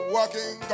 Walking